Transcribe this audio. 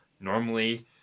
normally